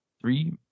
three